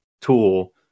tool